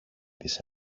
της